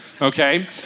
okay